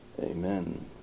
Amen